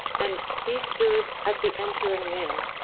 and he stood at the entering in,